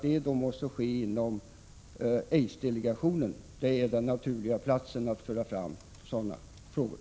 De måste då ske inom aidsdelegationen, som är rätt forum för sådana frågor.